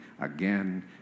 again